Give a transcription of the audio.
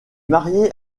mariée